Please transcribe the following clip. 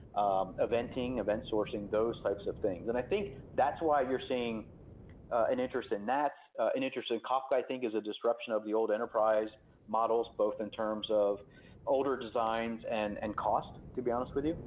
um eventing, event sourcing, those types of things and i think that's why you're seeing an interest in nats, an interest in kafka i think is a disruption of the old enterprise models both in terms of older designs and and cost, to be honest with you.